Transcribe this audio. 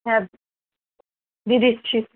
হ্যাঁ দিয়ে দিচ্ছি